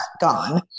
gone